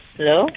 Hello